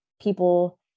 people